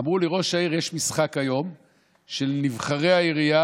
אמרו: לראש העיר יש היום משחק של נבחרי העירייה